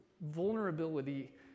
vulnerability